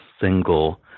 single